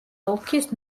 ოლქის